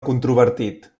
controvertit